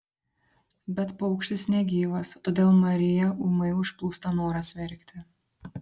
bet paukštis negyvas todėl mariją ūmai užplūsta noras verkti